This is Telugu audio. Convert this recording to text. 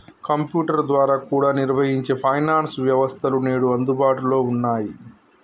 కంప్యుటర్ ద్వారా కూడా నిర్వహించే ఫైనాన్స్ వ్యవస్థలు నేడు అందుబాటులో ఉన్నయ్యి